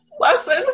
lesson